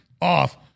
off